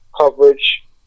coverage